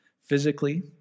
physically